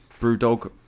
Brewdog